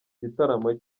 gitaramo